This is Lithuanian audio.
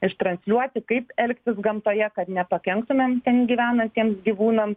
ištransliuoti kaip elgtis gamtoje kad nepakenktumėm ten gyvenantiems gyvūnams